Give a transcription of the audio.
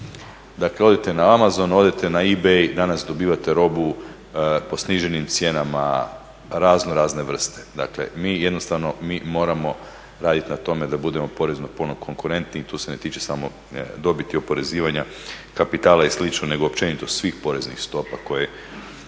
Dakle, odite na amazon, odite na ebay, danas dobivate robu po sniženim cijenama raznorazne vrste. Dakle mi jednostavno, mi moramo raditi na tome da budemo porezno puno konkurentni i to se ne tiče samo dobiti oporezivanja kapitala i slično, nego općenito svih poreznih stopa koje